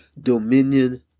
dominion